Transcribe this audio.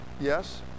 yes